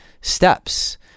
steps